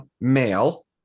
male